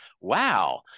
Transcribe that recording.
wow